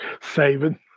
saving